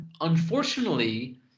unfortunately